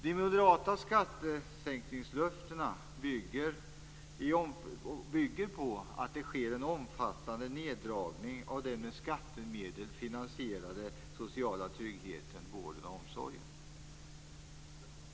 De moderata skattesänkningslöftena bygger på att det sker en omfattande neddragning av den med skattemedel finansierade sociala tryggheten, vården och omsorgen.